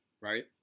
right